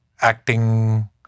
acting